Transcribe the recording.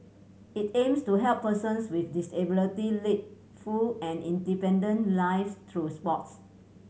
it aims to help persons with disability lead full and independent lives through sports